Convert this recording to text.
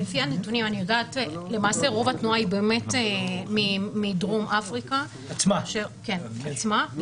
למעשה רוב התנועה היא באמת מדרום אפריקה עצמה בעיקר,